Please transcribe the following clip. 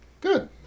Good